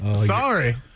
Sorry